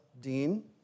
dean